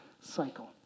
cycle